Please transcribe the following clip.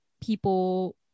people